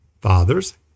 fathers